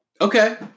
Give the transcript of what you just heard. Okay